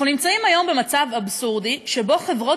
אנחנו נמצאים היום במצב אבסורדי שבו חברות